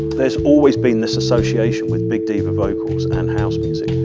there's always been this association with big diva vocals and house music.